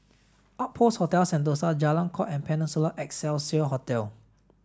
Outpost Hotel Sentosa Jalan Kuak and Peninsula Excelsior Hotel